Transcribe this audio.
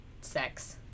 sex